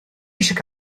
eisiau